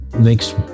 makes